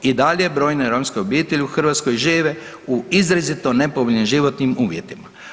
I dalje brojne romske obitelji u Hrvatskoj žive u izrazito nepovoljnim životnim uvjetima.